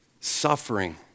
suffering